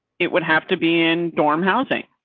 it would have to be in dorm housing.